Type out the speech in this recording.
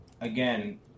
again